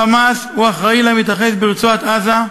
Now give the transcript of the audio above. ה"חמאס" אחראי למתרחש ברצועת-עזה,